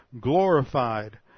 glorified